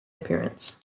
appearance